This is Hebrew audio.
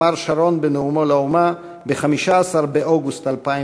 אמר שרון בנאומו לאומה ב-15 באוגוסט 2005,